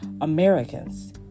Americans